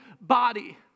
body